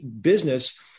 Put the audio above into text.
business